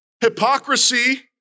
hypocrisy